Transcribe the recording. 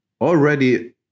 already